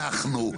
אנחנו,